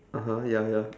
(uh huh) ya ya